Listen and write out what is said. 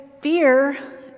fear